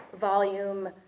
volume